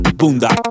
bunda